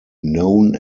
known